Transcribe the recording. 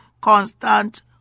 constant